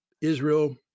Israel